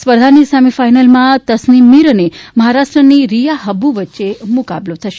સ્પર્ધાની સેમીફાઇનલમાં તસનીમ મીર અને મહારાષ્ટ્રની રીયા હબ્બુ વચ્ચે મુકાબલો થશે